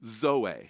Zoe